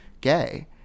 gay